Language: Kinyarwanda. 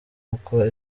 uko